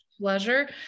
pleasure